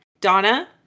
Donna